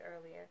earlier